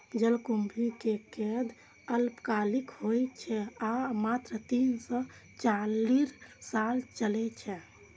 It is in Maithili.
जलकुंभी के कंद अल्पकालिक होइ छै आ मात्र तीन सं चारि साल चलै छै